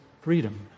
freedom